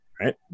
right